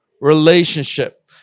relationship